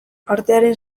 artearen